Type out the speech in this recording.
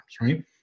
right